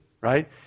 right